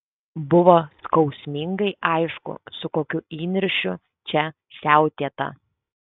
buvo skausmingai aišku su kokiu įniršiu čia siautėta